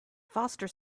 foster